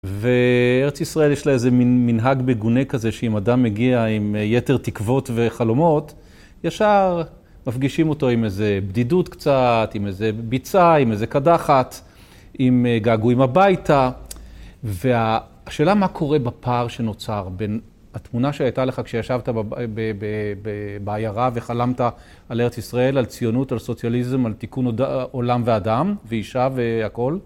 וארץ ישראל יש לה איזה מנהג מגונה כזה שאם אדם מגיע עם יתר תקוות וחלומות, ישר מפגישים אותו עם איזה בדידות קצת, עם איזה ביצה, עם איזה קדחת, עם געגועים הביתה. והשאלה מה קורה בפער שנוצר, בין התמונה שהייתה לך כשישבת בעיירה וחלמת על ארץ ישראל, על ציונות, על סוציאליזם, על תיקון עולם ואדם, ואישה והכל.